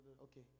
Okay